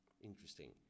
Interesting